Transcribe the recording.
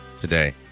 today